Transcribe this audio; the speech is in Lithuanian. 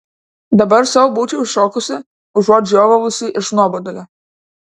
dabar sau būčiau šokusi užuot žiovavus iš nuobodulio